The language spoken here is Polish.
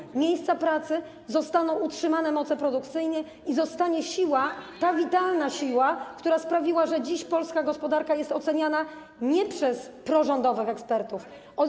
Zostaną miejsca pracy, zostaną utrzymane moce produkcyjne i zostanie siła, ta witalna siła, która sprawiła, że dziś polska gospodarka jest oceniana nie przez prorządowych ekspertów.